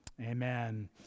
amen